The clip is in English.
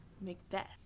Macbeth